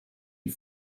die